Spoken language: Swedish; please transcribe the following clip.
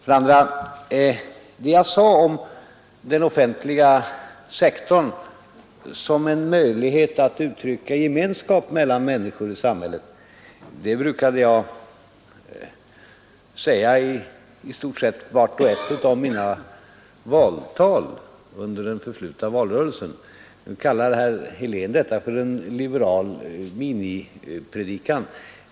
För det andra: Det jag sade om den offentliga sektorn som en möjlighet att uttrycka gemenskap mellan människor i samhället brukade jag säga i stort sett i vart och ett av mina valtal under den förflutna valrörelsen. Nu kallar herr Helén det för en liberal minipredikan.